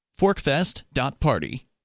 Forkfest.party